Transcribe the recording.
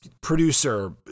producer